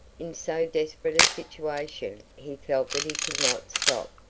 in so desperate a situation he felt that he could not stop.